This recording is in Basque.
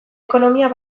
ekonomia